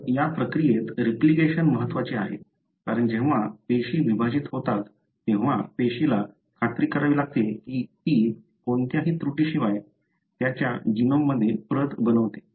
तर या प्रक्रियेत रिप्लिकेशन महत्वाचे आहे कारण जेव्हा पेशी विभाजित होतात तेव्हा पेशीला खात्री करावी लागते की ती कोणत्याही त्रुटीशिवाय त्याच्या जीनोमची प्रत बनवते